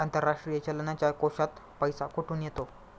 आंतरराष्ट्रीय चलनाच्या कोशात पैसा कुठून येतो?